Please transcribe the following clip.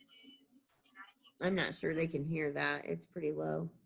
so i'm not sure they can hear that, it's pretty low.